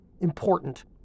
important